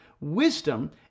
Wisdom